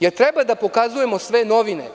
Da li treba da pokazujem sve novine?